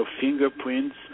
fingerprints